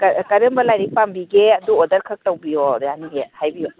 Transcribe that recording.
ꯀꯔꯝꯕ ꯂꯥꯏꯔꯤꯛ ꯄꯥꯝꯕꯤꯒꯦ ꯑꯗꯨ ꯑꯣꯔꯗꯔ ꯈꯛ ꯇꯧꯕꯤꯌꯣ ꯌꯥꯅꯤꯌꯦ ꯍꯥꯏꯕꯤꯌꯣ